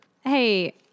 Hey